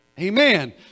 Amen